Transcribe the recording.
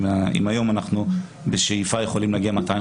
היום אנחנו בשאיפה יכולים להגיע ל-250.